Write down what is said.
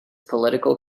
political